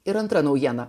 ir antra naujiena